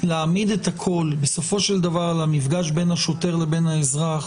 להעמיד את הכול בסופו של דבר על המפגש בין השוטר לבין האזרח